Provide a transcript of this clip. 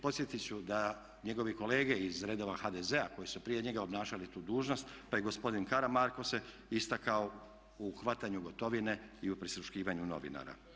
Podsjetit ću da njegovi kolege iz redova HDZ-a koji su prije njega obnašali tu dužnost pa i gospodin Karamarko se istakao u hvatanju Gotovine i u prisluškivanju novinara.